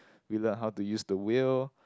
we learnt how to use the wheel